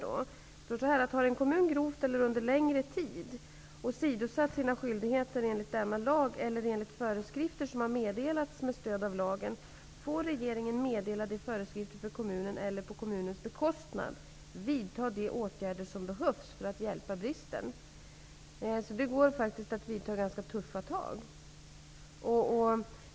Det heter: Har en kommun grovt eller under längre tid åsidosatt sina skyldigheter enligt denna lag eller enligt föreskrifter som har meddelats med stöd av lagen får regeringen meddela de föreskrifter för kommunen eller på kommunens bekostnad vidta de åtgärder som behövs för att hjälpa bristen. -- Det går alltså att ta ganska tuffa tag.